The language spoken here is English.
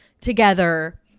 together